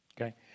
Okay